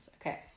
Okay